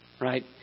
Right